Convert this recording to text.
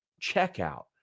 checkout